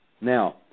Now